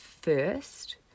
first